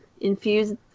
infuse